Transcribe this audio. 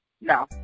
No